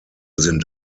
sind